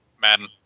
Madden